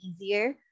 easier